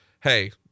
hey